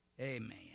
Amen